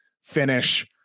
finish